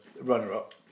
runner-up